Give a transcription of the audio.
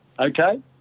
okay